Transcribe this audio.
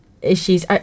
issues